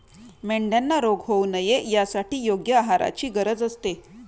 मेंढ्यांना रोग होऊ नये यासाठी योग्य आहाराची गरज असते